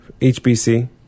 HBC